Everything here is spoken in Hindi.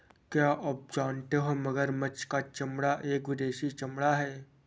क्या आप जानते हो मगरमच्छ का चमड़ा एक विदेशी चमड़ा है